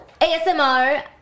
ASMR